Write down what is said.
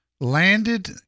landed